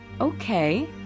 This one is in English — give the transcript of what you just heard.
okay